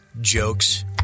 jokes